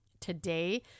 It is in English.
Today